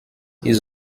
ils